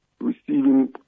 receiving